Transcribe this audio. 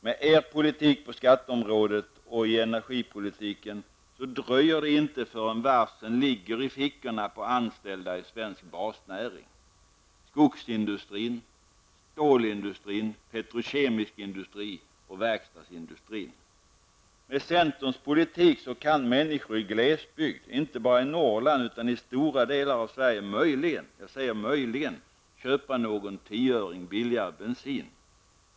Med er politik på skatteområdet och i energipolitiken dröjer det inte förrän varseln ligger i fickorna på de anställda i svensk basnäring -- skogsindustrin, stålindustrin, petrokemisk industri och verkstadsindustrin. Med centerns politik kan människor i glesbygd, inte bara i Norrland utan i stora delar av Sverige, möjligen -- jag säger möjligen -- köpa någon tioöring billigare bensin.